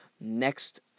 next